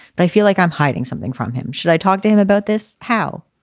but i feel like i'm hiding something from him. should i talk to him about this? how?